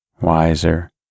wiser